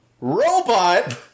Robot